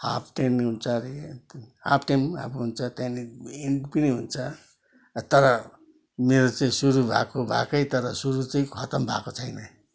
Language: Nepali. हाफ टाइम हुन्छ अरे हाफ टाइम अब हुन्छ त्यहाँनिर इन्ड पनि हुन्छ तर मेरो चाहिँ सुरू भएको भएकै तर सुरू चाहिँ खत्तम भएको छैन